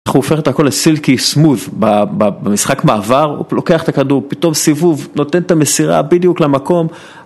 איך הוא הופך את הכל לסילקי סמות׳ במשחק מעבר, הוא לוקח את הכדור, פתאום סיבוב, נותן את המסירה בדיוק למקום